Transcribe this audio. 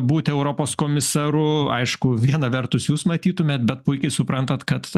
būti europos komisaru aišku viena vertus jūs matytumėt bet puikiai suprantat kad